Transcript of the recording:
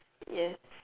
yes